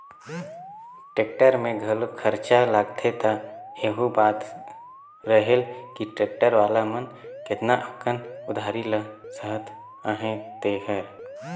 tractor में घलो खरचा लागथे त एहू बात रहेल कि टेक्टर वाला मन केतना अकन उधारी ल सहत अहें तेहर